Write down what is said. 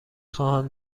خواهم